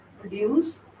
produce